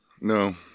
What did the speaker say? No